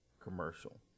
commercial